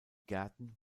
gärten